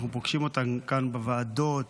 אנחנו פוגשים אותה כאן בוועדות.